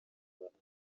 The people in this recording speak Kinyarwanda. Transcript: bahanzi